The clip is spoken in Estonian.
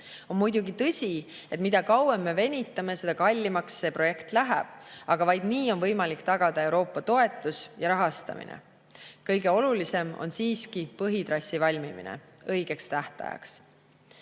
On muidugi tõsi, et mida kauem me venitame, seda kallimaks see projekt läheb, aga vaid nii on võimalik tagada Euroopa toetus ja rahastamine. Kõige olulisem on siiski põhitrassi valmimine õigeks tähtajaks.